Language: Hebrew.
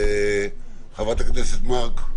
חברת הכנסת מארק.